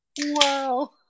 Wow